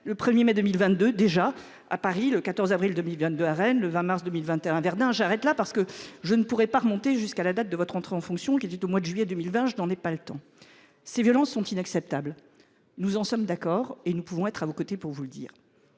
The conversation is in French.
le 1er mai 2022, déjà à Paris le 14 avril 2022 à Rennes, le 20 mars 2021 Verdun j'arrête là parce que je ne pourrais pas remonter jusqu'à la date de votre entrée en fonctions qui était au mois de juillet 2020. Je n'en ai pas le temps. Ces violences sont inacceptables. Nous en sommes d'accord et nous pouvons être à vos côtés pour vous le dire.